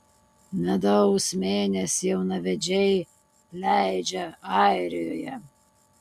medaus mėnesį jaunavedžiai leidžia airijoje